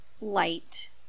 light